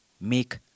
make